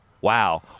Wow